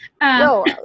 No